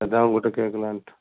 அதுதான் உங்ககிட்ட கேட்கலான்ட்டு